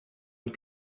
und